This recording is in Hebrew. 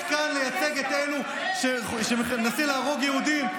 כאן לייצג את אלה שמנסים להרוג יהודים,